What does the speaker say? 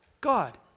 God